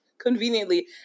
conveniently –